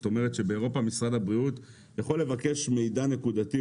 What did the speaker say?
זאת אומרת שבאירופה משרד הבריאות יכול לבקש מידע נקודתי,